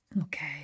Okay